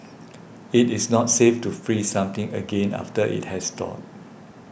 it is not safe to freeze something again after it has thawed